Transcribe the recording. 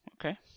okay